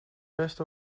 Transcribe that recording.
best